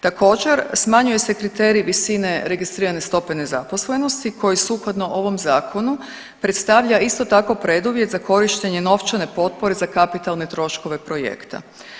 Također smanjuje se kriterij visine registrirane stope nezaposlenosti koji sukladno ovom zakonu predstavlja isto tako preduvjet za korištenje novčane potpore za kapitalne troškove projekta.